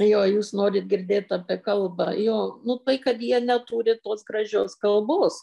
jo jūs norit girdėt apie kalbą jo nu tai kad jie neturi tos gražios kalbos